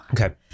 Okay